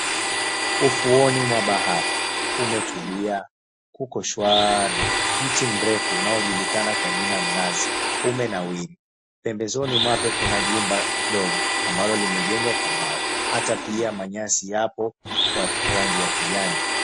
Ufuoni mwa bahari, kumetulia kuko shwari mti mrefu unaojulikana kwa jina mnazi umenawiri. Pembezoni mwake kuna jumba ndogo ambalo limejengwa kwa mawe hata manyasi yapo kwa rangi ya kijani.